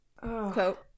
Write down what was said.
quote